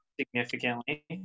significantly